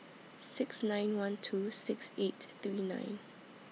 six nine one two six eight three nine